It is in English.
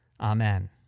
Amen